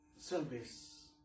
service